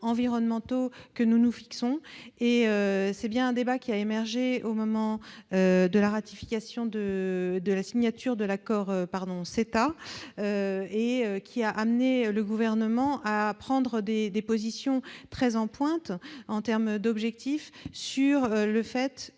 environnementaux que nous nous fixons. C'est bien un débat qui a émergé au moment de la signature de l'accord CETA et qui a amené le Gouvernement à prendre des positions très en pointe s'agissant des objectifs, sur le fait